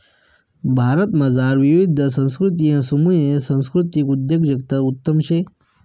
भारतमझार विविध संस्कृतीसमुये सांस्कृतिक उद्योजकता उत्तम शे